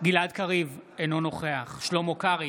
גלעד קריב, אינו נוכח שלמה קרעי,